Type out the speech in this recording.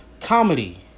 Comedy